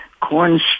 corn